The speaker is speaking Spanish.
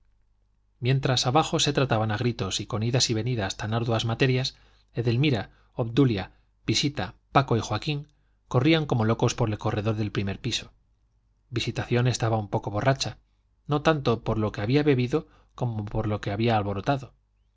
mientras abajo se trataban a gritos y con idas y venidas tan arduas materias edelmira obdulia visita paco y joaquín corrían como locos por el corredor del primer piso visitación estaba un poco borracha no tanto por lo que había bebido como por lo que había alborotado